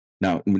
Now